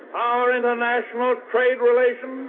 our international trade relations,